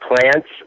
plants